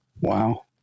Wow